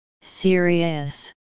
serious